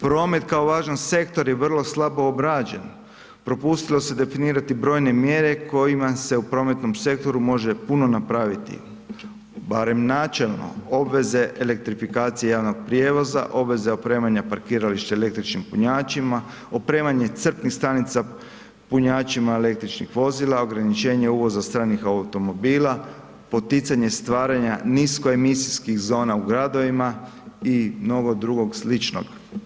Promet kao važan sektor je vrlo slabo obrađen, propustilo se definirati brojne mjere kojima se u prometnom sektoru može puno napraviti, barem načelno, obveze elektrifikacije javnog prijevoza, obveze opremanja parkirališta električnim punjačima, opremanje crpnih stanica punjačima električnih vozila, ograničenje uvoza stranih automobila, poticanje stvaranja niskoemisijskih zona u gradovima i mnogo drugog sličnog.